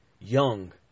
young